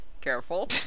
careful